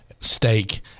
steak